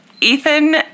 Ethan